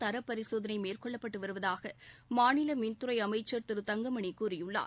தரப்பரிசோதனை மேற்கொள்ளப்பட்டு வருவதாக மாநில மின்துறை அமைச்சர் திரு பி தங்கமணி கூறியுள்ளார்